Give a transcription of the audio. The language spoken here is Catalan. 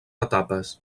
etapes